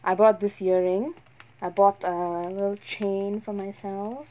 I bought this earring I bought err a little chain for myself